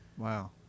Wow